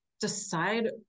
decide